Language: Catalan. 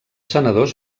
senadors